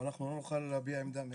אבל אנחנו לא נוכל להביע עמדה מעבר לכך.